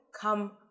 come